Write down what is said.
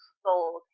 sold